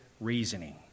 reasoning